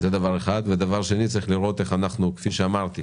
דבר שני, צריך לראות איך אנחנו מתעדפים